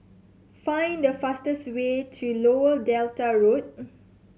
find the fastest way to Lower Delta Road